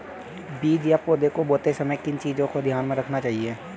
बीज या पौधे को बोते समय किन चीज़ों का ध्यान रखना चाहिए?